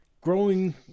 growing